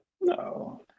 no